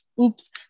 Oops